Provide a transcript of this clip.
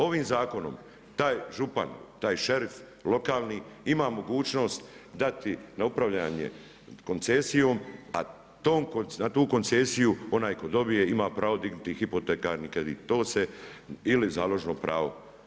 Ovim zakonom taj župan, taj šerif lokalni ima mogućnost dati na upravljanje koncesijom, a tu koncesiju onaj tko dobije ima pravo dignuti hipotekarni kredit, to se, ili založno pravo.